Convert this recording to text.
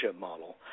model